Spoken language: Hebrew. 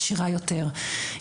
עשירה יותר,